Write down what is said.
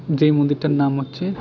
যেই মন্দিরটার নাম হচ্ছে